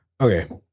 Okay